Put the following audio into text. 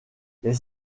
les